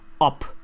up